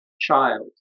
Child